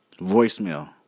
voicemail